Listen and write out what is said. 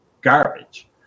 garbage